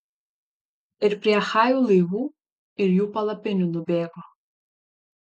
ir prie achajų laivų ir jų palapinių nubėgo